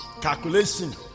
calculation